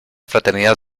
fraternidad